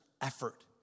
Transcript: effort